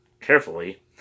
Carefully